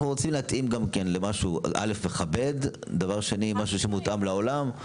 אנחנו רוצים משהו מכבד, וגם משהו שמותאם לעולם.